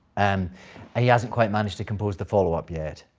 and he hasn't quite managed to compose the follow-up yet.